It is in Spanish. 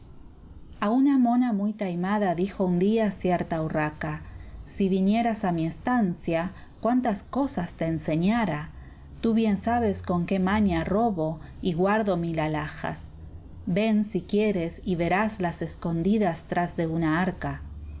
a una mona muy taimada dijo un día cierta urraca si vinieras a mi estancia cuántas cosas te enseñara tú bien sabes con qué maña robo y guardo mil alhajas ven si quieres y veráslas escondidas tras de una arca